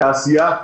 תעשייה,